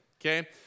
okay